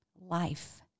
life